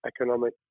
economic